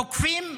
תוקפים,